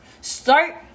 Start